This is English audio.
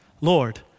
Lord